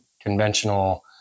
conventional